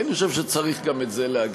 כי אני חושב שצריך גם את זה להגיד.